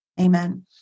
amen